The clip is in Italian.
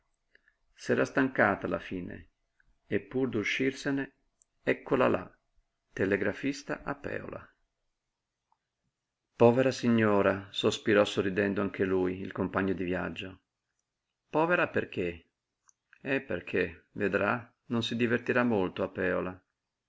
s'era stancata alla fine e pur d'uscirsene eccola là telegrafista a pèola povera signora sospirò sorridendo anche lui il compagno di viaggio povera perché eh perché vedrà non si divertirà molto a pèola